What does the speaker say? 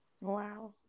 Wow